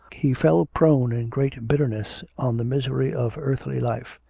he fell prone in great bitterness on the misery of earthly life.